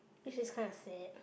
which is kind of sad